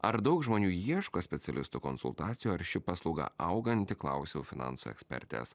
ar daug žmonių ieško specialisto konsultacijų ar ši paslauga auganti klausiau finansų ekspertės